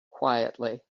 quietly